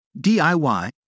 diy